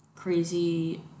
crazy